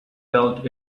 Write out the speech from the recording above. felt